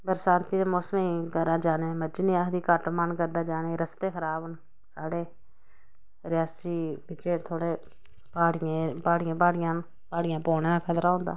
बरसांती दे मौसमे च घरा दा दजाने दी मर्जी नी आखदी घट्ट मन करदा रस्ते गै माड़े न साढ़े रियी बिच्चें थोह्ड़े प्हाड़ियां प्हाड़ियां न प्हाड़ियां पौने दा खतरा होंदा